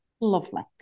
Lovely